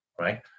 right